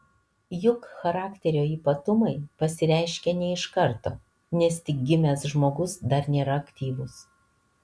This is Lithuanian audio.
juk charakterio ypatumai pasireiškia ne iš karto nes tik gimęs žmogus dar nėra aktyvus